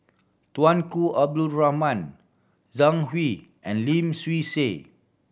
Tunku Abdul Rahman Zhang Hui and Lim Swee Say